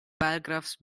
paragraphs